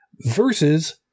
Versus